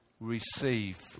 receive